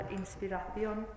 inspiración